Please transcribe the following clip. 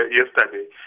yesterday